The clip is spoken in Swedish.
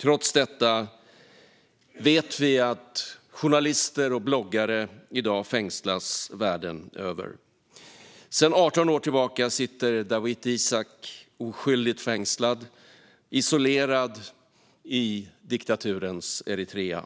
Trots detta vet vi att journalister och bloggare i dag fängslas världen över. Sedan 18 år tillbaka sitter Dawit Isaak oskyldigt fängslad och isolerad i diktaturens Eritrea.